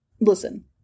listen